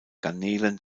garnelen